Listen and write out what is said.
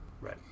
Right